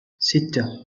ستة